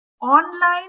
online